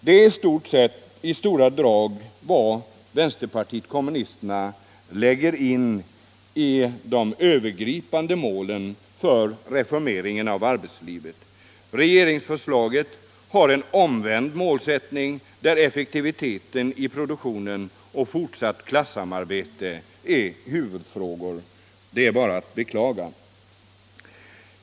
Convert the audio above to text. Det är i stora drag vad vänsterpartiet kommunisterna lägger in i de övergripande målen för reformering av arbetslivet. Regeringsförslaget har en omvänd målsättning, där effektiviteten i produktionen och fortsatt klassamarbete är huvudfrågor. Detta är bara att beklaga.